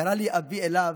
קרא לי אבי אליו,